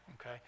okay